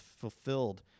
fulfilled